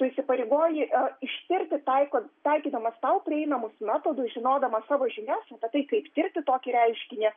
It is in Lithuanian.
tu įsipareigoji ištirti taiko taikydamas tau prieinamus metodus žinodamas savo žinias apie tai kaip tirti tokį reiškinį